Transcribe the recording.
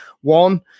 One